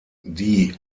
die